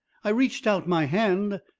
i reached out my hand,